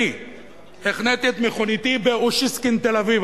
אני החניתי את מכוניתי באוסישקין, תל-אביב.